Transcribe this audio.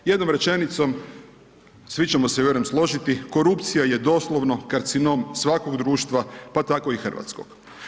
Jednom rečenicom, svi ćemo se vjerujem složiti, korupcija je doslovno karcinom svakog društva pa tako i hrvatskog.